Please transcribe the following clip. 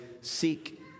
Seek